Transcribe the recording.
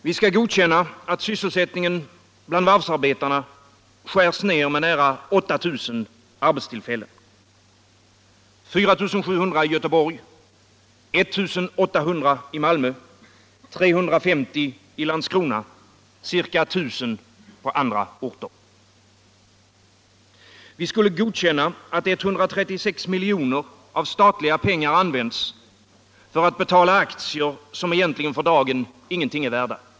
Vi skall godkänna att sysselsättningen bland varvsarbetarna skärs ner med nära 8 000 arbetstillfällen, 4 700 i Göteborg, 1800 i Malmö, 350 i Landskrona ca 1000 på andra orter. Vi skulle godkänna att 136 miljoner av statliga pengar används för att betala aktier som egentligen för dagen ingenting är värda.